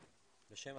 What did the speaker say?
ראש.